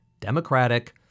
democratic